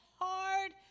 hard